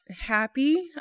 happy